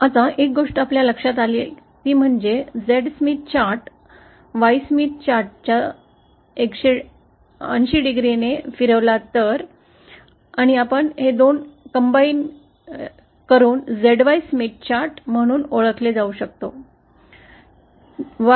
आता एक गोष्ट आमच्या लक्षात आली ती म्हणजे Zस्मिथ चार्ट Yस्मिथ चार्ट च्या संदर्भात 180° फिरवला तर आपण २ एकत्र करून ZY स्मिथ चार्ट म्हणून ओळखले जाऊ शकतो